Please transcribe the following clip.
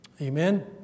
Amen